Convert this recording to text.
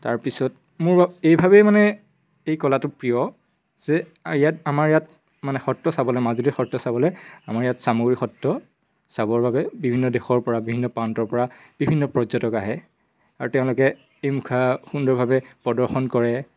তাৰপিছত মোৰ এইভাৱেই মানে এই কলাটো প্ৰিয় যে ইয়াত আমাৰ ইয়াত মানে সত্ৰ চাবলে মাজুলী সত্ৰ চাবলে আমাৰ ইয়াত চামগুৰি সত্ৰ চাবৰ বাবে বিভিন্ন দেশৰ পৰা বিভিন্ন প্ৰান্তৰ পৰা বিভিন্ন পৰ্যটক আহে আৰু তেওঁলোকে এই মুখা সুন্দৰভাৱে প্ৰদৰ্শন কৰে